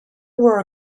were